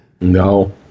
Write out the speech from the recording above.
No